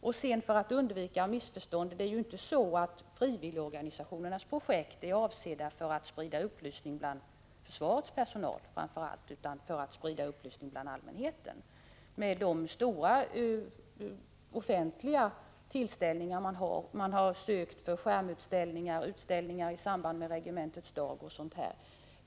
För undvikande av missförstånd vill jag också säga att det inte är så att frivilligorganisationernas projekt är avsedda för spridning av upplysning framför allt bland försvarets personal utan, på grundval av de stora offentliga arrangemang som det gäller, för att sprida upplysning bland allmänheten. Man har ansökt om bidrag för skärmutställningar, utställningar i samband med Regementets dag osv.